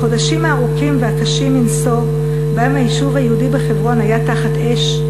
בחודשים הארוכים והקשים מנשוא שבהם היישוב היהודי בחברון היה תחת אש,